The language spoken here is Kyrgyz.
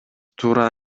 туура